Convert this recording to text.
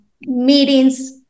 meetings